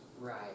right